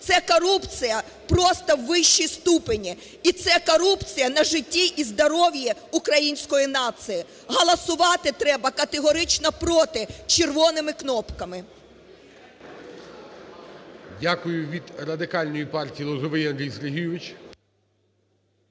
Це корупція просто вищого ступеня і це корупція на житті, і здоров'ї української нації. Голосувати треба категорично проти червоними кнопками. ГОЛОВУЮЧИЙ. Дякую. Від Радикальної партії Лозовий Андрій Сергійович.